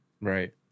Right